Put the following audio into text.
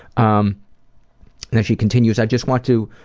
um and she continues, i just want to